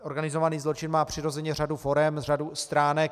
Organizovaný zločin má přirozeně řadu forem, řadu stránek.